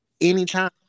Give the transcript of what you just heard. Anytime